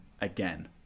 again